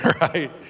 right